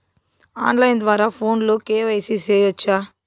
on line ద్వారా ఫోనులో KYC సేయొచ్చా